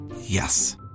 Yes